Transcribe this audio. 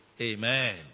Amen